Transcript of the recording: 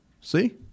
See